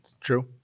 true